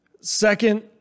Second